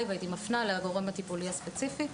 והייתי מפנה לגורם הטיפולי הספציפי.